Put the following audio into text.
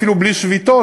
אפילו בלי שביתות,